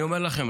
אני אומר לכם,